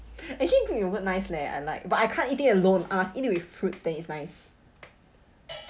actually oat would nice leh I like but I can't eat it alone I'll eat it with fruits then is nice